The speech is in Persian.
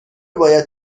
باید